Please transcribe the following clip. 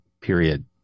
period